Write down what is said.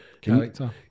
Character